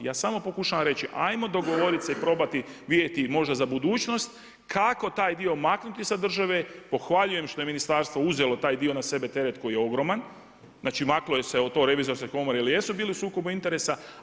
Ja samo pokušavam reći, ajmo dogovoriti se i probati vidjeti, možda za budućnost, kako taj dio maknuti sa države, pohvaljujem što je ministarstvo uzelo taj dio na sebe, teret koji je ogroman, znači maknulo se od te revizorske komore, jer jesu bili u sukobu interesa.